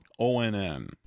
ONN